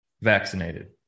vaccinated